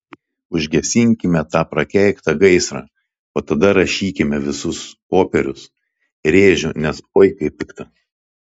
užgesinkime tą prakeiktą gaisrą o tada rašykime visus popierius rėžiu nes oi kaip pikta